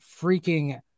freaking